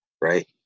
right